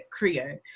Creo